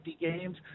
games